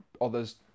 others